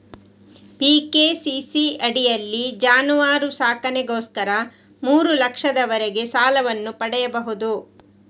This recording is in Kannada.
ಪಿ.ಕೆ.ಸಿ.ಸಿ ಅಡಿಯಲ್ಲಿ ಜಾನುವಾರು ಸಾಕಣೆಗೋಸ್ಕರ ಮೂರು ಲಕ್ಷದವರೆಗೆ ಸಾಲವನ್ನು ಪಡೆಯಬಹುದು